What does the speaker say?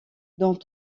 dont